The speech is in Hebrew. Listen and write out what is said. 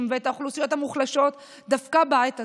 ואת האוכלוסיות המוחלשות דווקא בעת הזו,